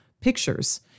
pictures